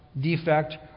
defect